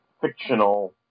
fictional